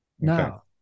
Now